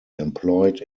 employed